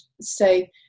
say